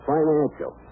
Financial